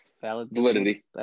Validity